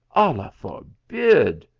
allah forbid!